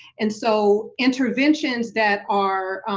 and so interventions that are,